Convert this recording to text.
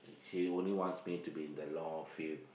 she only wants me to be in the law field